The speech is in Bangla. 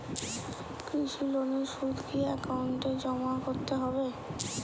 কৃষি লোনের সুদ কি একাউন্টে জমা করতে হবে?